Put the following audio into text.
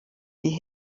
die